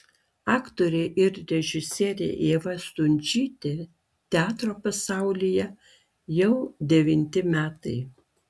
aktorė ir režisierė ieva stundžytė teatro pasaulyje jau devinti metai